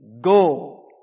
Go